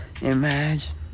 Imagine